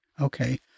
okay